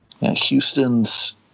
houston's